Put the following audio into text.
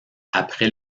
après